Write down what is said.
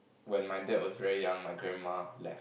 when my dad was very young my grandma left